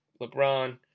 LeBron